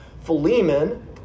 Philemon